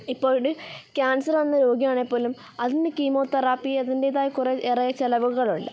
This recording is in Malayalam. ഇപ്പോഴുണ്ട് ക്യാൻസർ വന്ന രോഗിയാണെങ്കിൽ പോലും അതിന് കീമോതെറാപ്പി അതിൻറേതായ കുറേ ഏറെ ചിലവുകളുണ്ട്